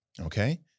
Okay